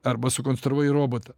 arba sukonstravai robotą